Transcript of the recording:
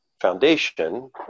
foundation